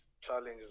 challenges